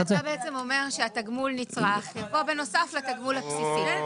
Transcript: אתה בעצם אומר שתגמול נצרך יבוא בנוסף לתגמול הבסיסי.